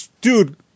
dude